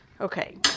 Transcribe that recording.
Okay